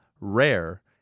Rare